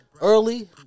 early